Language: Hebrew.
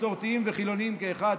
מסורתיים וחילונים כאחד.